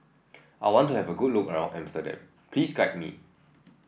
I want to have a good look around Amsterdam please guide me